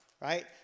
right